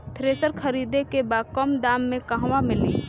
Thresher खरीदे के बा कम दाम में कहवा मिली?